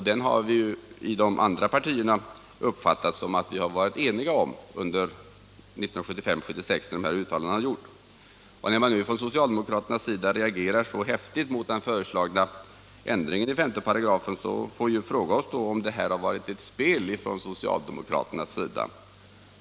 Detta har vi ju i de andra partierna uppfattat så att vi har varit eniga om frågan under 1975/76 när dessa uttalanden har gjorts. När nu socialdemokraterna reagerar så häftigt mot den föreslagna ändringen i SS, frågar vi oss om det har varit ett fel från socialdemokraternas sida.